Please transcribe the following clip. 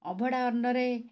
ଅଭଢ଼ା ଅନ୍ନରେ